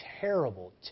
terrible